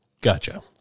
Gotcha